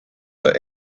are